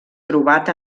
trobat